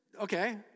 okay